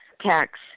tax